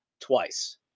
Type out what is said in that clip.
Twice